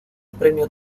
premio